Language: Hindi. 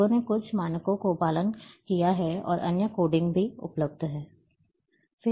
लोगों ने कुछ मानकों का पालन किया है और अन्य कोडिंग भी उपलब्ध हैं